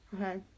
Okay